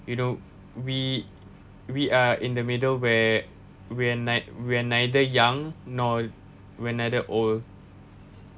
you know we we are in the middle where we're nei~ we're neither young nor we're neither old